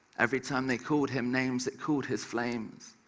every time they called him names it cooled his flames,